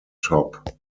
top